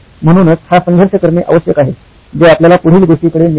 म्हणूनच हा संघर्ष करणे आवश्यक आहे जे आपल्याला पुढील गोष्टीकडे नेत आहे